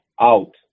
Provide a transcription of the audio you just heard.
out